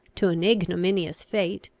to an ignominious fate,